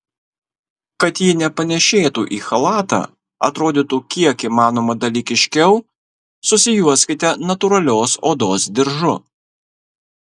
kad ji nepanėšėtų į chalatą atrodytų kiek įmanoma dalykiškiau susijuoskite natūralios odos diržu